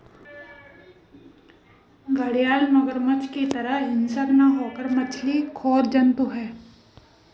घड़ियाल मगरमच्छ की तरह हिंसक न होकर मछली खोर जंतु है